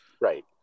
right